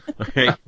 Okay